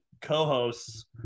co-hosts